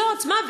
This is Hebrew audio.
זו העוצמה.